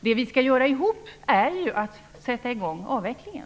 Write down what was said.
Det som vi skall göra tillsammans är ju att vi skall sätta i gång avvecklingen.